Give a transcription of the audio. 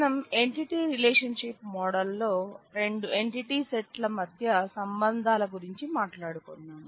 మనం entity relationship model లో రెండు ఎంటిటీ సెట్ ల మధ్య సంబంధాల గురించి మాట్లాడుకున్నాం